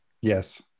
Yes